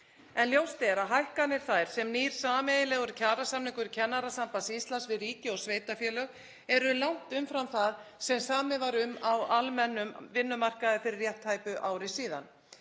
Ljóst er að hækkanir þær sem nýr sameiginlegur kjarasamningur Kennarasambands Íslands við ríki og sveitarfélög felur í sér eru langt umfram það sem samið var um á almennum vinnumarkaði fyrir rétt tæpu ári síðan.